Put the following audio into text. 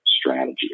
strategy